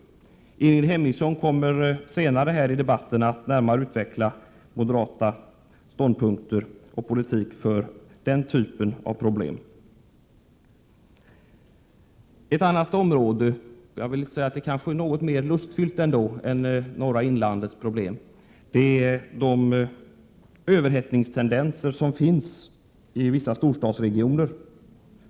Ingrid Hemmingsson kommer senare här i debatten att närmare utveckla moderata samlingspartiets ståndpunkt och förslag till politik när det gäller denna typ av problem. Ett annat problem — som enligt min mening ändå är något mera lustfyllt än norra inlandets problem — är de tendenser till överhettning som finns i vissa storstadsregioner.